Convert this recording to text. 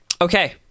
Okay